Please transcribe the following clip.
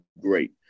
great